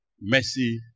mercy